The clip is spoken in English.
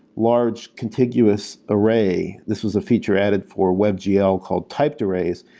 large, contiguous array, this was a feature edit for webgl called typed arrays,